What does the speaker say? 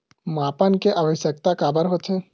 मापन के आवश्कता काबर होथे?